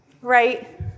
right